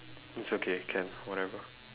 it's okay can whatever